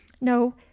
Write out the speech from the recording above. No